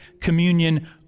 communion